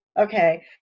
okay